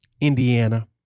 Indiana